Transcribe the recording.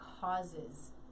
causes